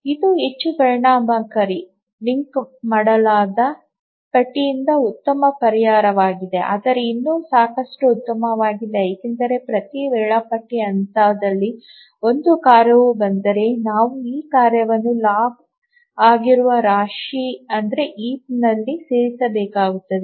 ಇದು ಹೆಚ್ಚು ಪರಿಣಾಮಕಾರಿಯಾಗಿ ಲಿಂಕ್ ಮಾಡಲಾದ ಪಟ್ಟಿಗಿಂತ ಉತ್ತಮ ಪರಿಹಾರವಾಗಿದೆ ಆದರೆ ಇನ್ನೂ ಸಾಕಷ್ಟು ಉತ್ತಮವಾಗಿಲ್ಲ ಏಕೆಂದರೆ ಪ್ರತಿ ವೇಳಾಪಟ್ಟಿ ಹಂತದಲ್ಲಿ ಒಂದು ಕಾರ್ಯವು ಬಂದರೆ ನಾವು ಆ ಕಾರ್ಯವನ್ನು ಲಾಗ್ ಆಗಿರುವ ರಾಶಿಯಲ್ಲಿ ಸೇರಿಸಬೇಕಾಗುತ್ತದೆ